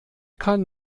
kann